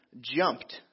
jumped